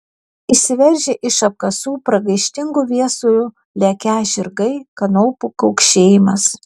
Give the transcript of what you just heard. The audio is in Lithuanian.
išsiveržę iš apkasų pragaištingu viesulu lekią žirgai kanopų kaukšėjimas